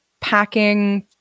packing